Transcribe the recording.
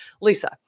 Lisa